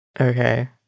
Okay